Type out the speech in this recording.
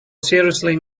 seriously